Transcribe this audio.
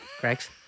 Greg's